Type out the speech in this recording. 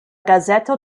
gazeto